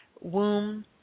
womb